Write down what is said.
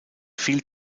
viel